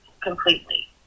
completely